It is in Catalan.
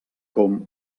com